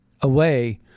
away